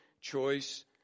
choice